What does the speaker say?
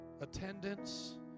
attendance